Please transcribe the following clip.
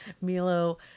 Milo